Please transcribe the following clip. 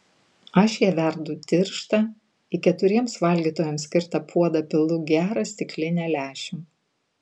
aš ją verdu tirštą į keturiems valgytojams skirtą puodą pilu gerą stiklinę lęšių